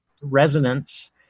resonance